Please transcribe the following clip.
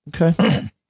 Okay